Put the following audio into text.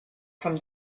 from